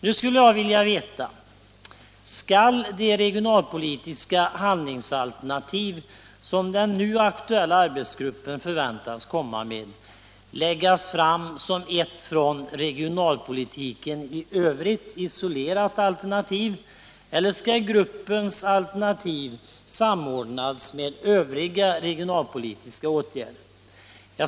Nu skulle jag vilja veta: Skalldet regionalpolitiska handlingsalternativ, som den nu aktuella arbetsgruppen förväntas komma med, läggas fram som ett från regionalpolitiken i övrigt isolerat alternativ eller skall gruppens alternativ samordnas med övriga regionalpolitiska åtgärder?